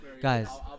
guys